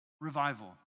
Revival